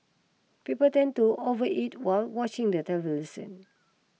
people tend to over eat while watching the television